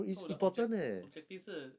so 我的 objec~ objective 是